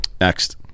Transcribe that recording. Next